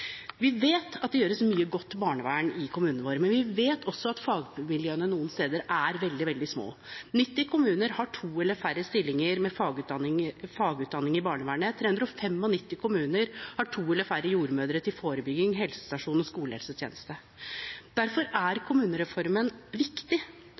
Vi vet at det gjøres mye godt barnevern i kommunene våre, men vi vet også at fagmiljøene noen steder er veldig, veldig små: 90 kommuner har to eller færre stillinger med fagutdanning i barnevernet, 395 kommuner har to eller færre jordmødre til forebygging, helsestasjon og skolehelsetjeneste. Derfor er